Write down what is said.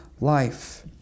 life